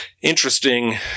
interesting –